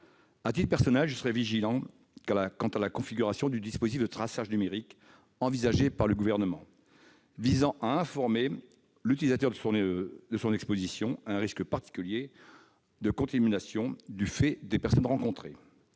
À titre personnel, je serai vigilant s'agissant de la configuration du dispositif de traçage numérique envisagé par le Gouvernement et visant à informer l'utilisateur de son exposition à un risque particulier de contamination, du fait des personnes rencontrées.